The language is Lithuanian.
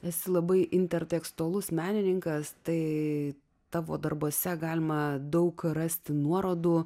esi labai intertekstualumo menininkas tai tavo darbuose galima daug rasti nuorodų